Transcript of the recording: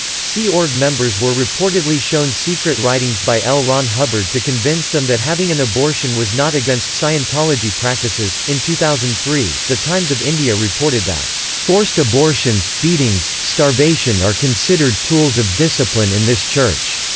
sea org members were reportedly shown secret writings by l. ron hubbard to convince them that having an abortion was not against scientology practices in two thousand and three, the times of india reported that forced abortions, beatings, starvation are considered tools of discipline in this church.